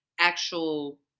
actual